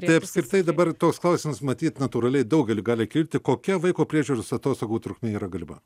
tai apskritai dabar toks klausimas matyt natūraliai daugeliui gali kilti kokia vaiko priežiūros atostogų trukmė yra galima